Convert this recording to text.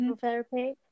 therapy